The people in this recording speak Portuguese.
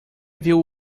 viu